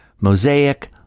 Mosaic